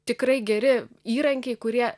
tikrai geri įrankiai kurie